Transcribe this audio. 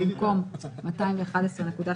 במקום "211.3%"